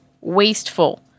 Wasteful